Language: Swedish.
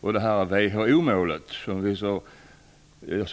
WHO-målet för